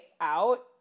out